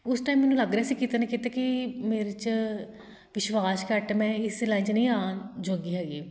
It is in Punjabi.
ਉਸ ਟਾਈਮ ਮੈਨੂੰ ਲੱਗ ਰਿਹਾ ਸੀ ਕਿਤੇ ਨਾ ਕਿਤੇ ਕਿ ਮੇਰੇ 'ਚ ਵਿਸ਼ਵਾਸ ਘੱਟ ਹੈ ਮੈਂ ਇਸ ਲਾਈਨ 'ਚ ਨਹੀਂ ਆਉਣ ਜੋਗੀ ਹੈਗੀ